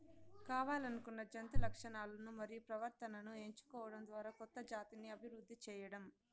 కావల్లనుకున్న జంతు లక్షణాలను మరియు ప్రవర్తనను ఎంచుకోవడం ద్వారా కొత్త జాతిని అభివృద్ది చేయడం